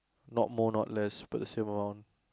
not more not less but the same amount